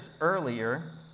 earlier